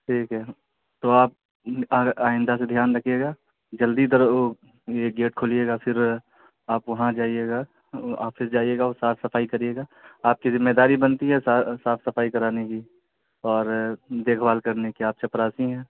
ٹھیک ہے تو آپ آئندہ سے دھیان رکھیے گا جلدی یہ گیٹ کھولیے گا پھر آپ وہاں جائیے گا آفس جائیے گا اور صاف صفائی کریے گا آپ کی ذمہ داری بنتی ہے صاف صفائی کرانے کی اور دیکھ بھال کرنے کی آپ چپراسی ہیں